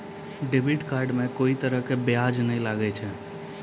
debit card मे कोई तरह के ब्याज नाय लागै छै